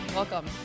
Welcome